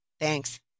Thanks